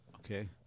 Okay